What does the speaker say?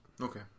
Okay